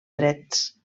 trets